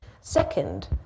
Second